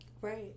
right